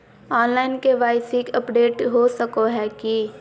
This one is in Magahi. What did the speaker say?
ऑनलाइन के.वाई.सी अपडेट हो सको है की?